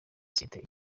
isosiyete